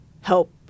help